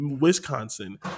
Wisconsin